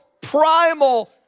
primal